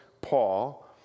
Paul